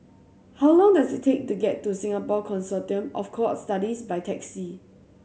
how long does it take to get to Singapore Consortium of Cohort Studies by taxi